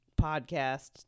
podcast